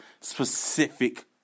specific